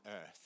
earth